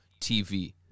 TV